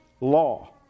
law